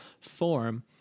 form